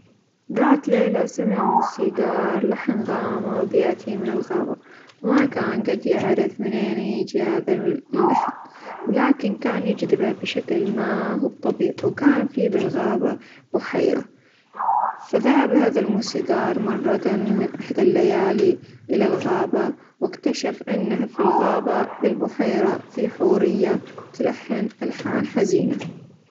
ذات ليلة سمع موسيقار لحن غامظ يأتي من الغابة، ما كان قد يعرف منين يجي هذا اللحن، ولكن كان يجذبه بشكل ما هو بطبيعي، وكان فيه بالغابة بحيرة، فذهب هذا الموسيقار مرة من إحدى الليالي إلى الغابة، واكتشف إنه في الغابة بالبحيرة فيه حورية تلحن ألحان حزينة.